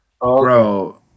bro